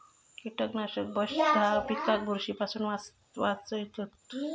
कीटकनाशक वशधा पिकाक बुरशी पासून वाचयतत